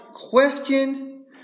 question